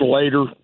later